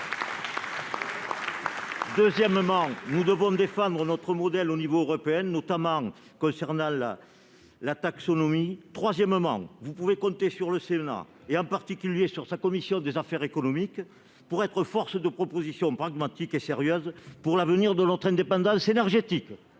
Deuxièmement, nous devons défendre notre modèle au niveau européen, notamment en ce qui concerne la taxonomie. Troisièmement, vous pouvez compter sur le Sénat, en particulier sur sa commission des affaires économiques, pour être une force de proposition pragmatique et sérieuse pour l'avenir de notre indépendance énergétique